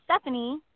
Stephanie